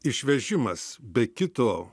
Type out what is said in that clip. išvežimas be kito